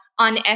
on